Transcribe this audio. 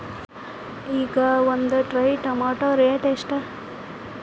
ಈಗ ಒಂದ್ tray tomato rate ಎಷ್ಟ?